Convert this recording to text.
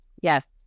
Yes